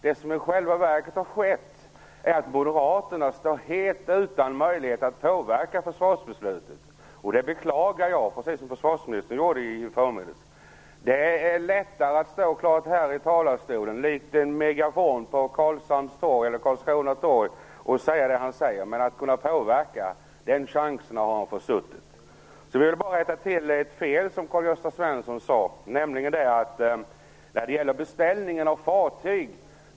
Det som i själva verket har skett är att Moderaterna står helt utan möjlighet att påverka försvarsbeslutet, och det beklagar jag, precis som försvarsministern gjorde i förmiddags. Det är lättare att stå här i talarstolen likt en megafon på Karlshamns torg eller Karlskrona torg och säga det han säger, men han har försuttit chansen att kunna påverka. Sedan vill jag rätta till ett fel som Karl-Gösta Svenson sade när det gäller beställningen av fartyg.